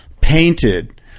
painted